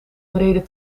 bereden